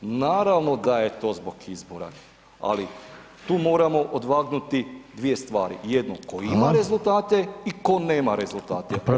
Naravno da je to zbog izbora, ali tu moramo odvagnuti dvije stvari, jednu tko ima rezultate [[Upadica: Hvala.]] i tko nema rezultate.